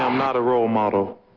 um not a role model